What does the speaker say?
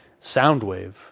Soundwave